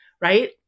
right